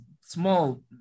small